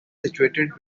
situated